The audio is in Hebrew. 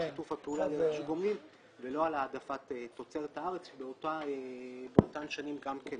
שיתוף הפעולה לרכש גומלין ולא על העדפת תוצרת הארץ שבאותן שנים גם כן